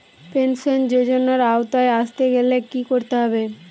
Pension যজোনার আওতায় আসতে গেলে কি করতে হবে?